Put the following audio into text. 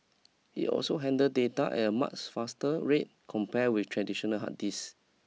it also handle data at a much faster rate compare with traditional hard disk